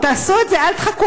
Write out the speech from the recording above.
תעשו את זה, אל תחכו.